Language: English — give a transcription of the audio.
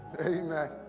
Amen